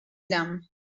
them